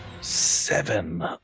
Seven